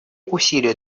усилия